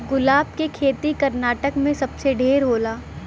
गुलाब के खेती कर्नाटक में सबसे ढेर होला